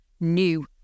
new